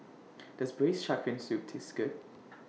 Does Braised Shark Fin Soup Taste Good